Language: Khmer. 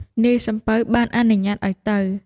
នាយសំពៅបានអនុញ្ញាតឱ្យទៅ។